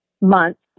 months